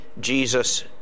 Jesus